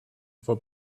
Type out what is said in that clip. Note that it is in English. for